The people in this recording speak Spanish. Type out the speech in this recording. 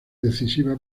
decisiva